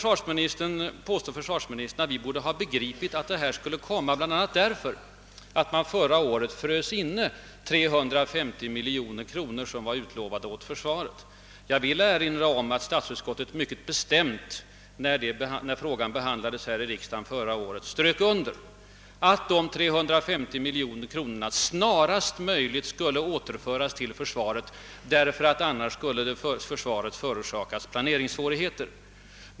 Vidare påstår försvarsministern att vi borde ha begripit att ett sådant förslag skulle komma att framläggas bl.a. därför att man förra året frös inne 350 miljoner kronor som var utlovade åt försvaret. Jag vill erinra om att statsutskottet vid frågans behandling förra året mycket bestämt underströk, att de 350 miljonerna snarast möjligt skulle återföras till försvaret, eftersom försvaret annars skulle förorsakas planeringssvårigheter.